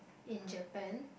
in Japan